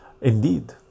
Indeed